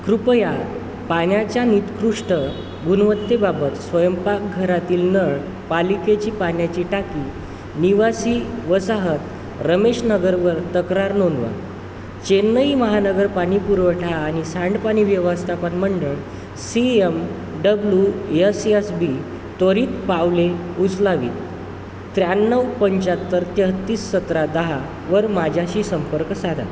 कृपया पाण्याच्या निकृष्ट गुणवत्तेबाबत स्वयंपाकघरातील नळ पालिकेची पाण्याची टाकी निवासी वसाहत रमेश नगरवर तक्रार नोंदवा चेन्नई महानगर पाणी पुरवठा आणि सांडपाणी व्यवस्थापन मंडळ C M W S S B त्वरित पावले उचलावीत त्र्याण्णव पंच्याहत्तर तेहत्तीस सतरा दहावर माझ्याशी संपर्क साधा